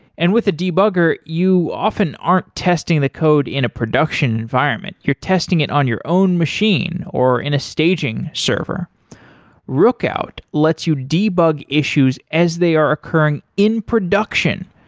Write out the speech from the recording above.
and with a debugger, you often aren't testing the code in a production environment, you're testing it on your own machine, or in a staging server rookout lets you debug issues as they are occurring in production.